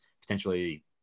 potentially